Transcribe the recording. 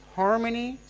harmony